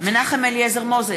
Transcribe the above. מנחם אליעזר מוזס,